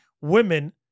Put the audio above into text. women